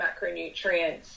macronutrients